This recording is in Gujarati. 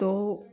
તો